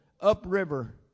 upriver